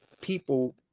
people